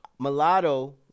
Mulatto